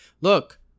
Look